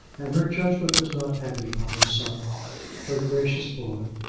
and her judgment was not heavy upon her son her gracious boy,